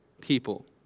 people